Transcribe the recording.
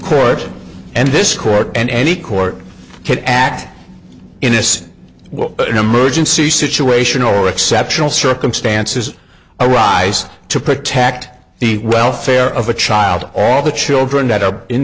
this court and any court can act in this emergency situation or exceptional circumstances arise to protect the welfare of a child all the children that are in